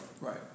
Right